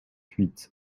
huit